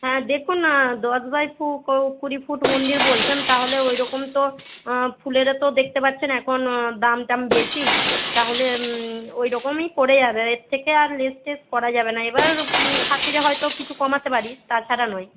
হ্যাঁ দেখুন না দশ বাইশ কুড়ি ফুট মন্দির বলছেন তাহলে ওইরকম তো ফুলেরও তো দেখতে পারছেন এখন দাম টাম বেশি তাহলে ওইরকমই পড়ে যাবে এর থেকে আর লেস টেস করা যাবে না এবার খাতিরে হয়তো কিছু কমাতে পারি তাছাড়া নয়